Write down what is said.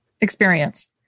experience